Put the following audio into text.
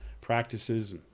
practices